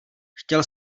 chtěl